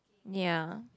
ya